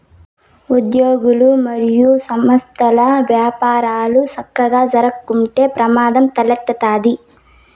ఉజ్యోగులు, మరియు సంస్థల్ల యపారాలు సక్కగా జరక్కుంటే ప్రమాదం తలెత్తతాది